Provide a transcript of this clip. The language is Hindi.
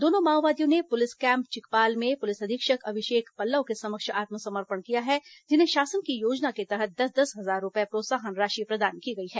दोनों माओवादियों ने पुलिस कैम्प चिकपाल में पुलिस अधीक्षक अभिषेक पल्लव के समक्ष आत्मसमर्पण किया है जिन्हें शासन की योजना के तहत दस दस हजार रूपये प्रोत्साहन राशि प्रदान की गई है